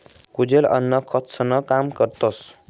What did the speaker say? कुजेल अन्न खतंसनं काम करतस